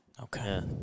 Okay